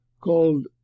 called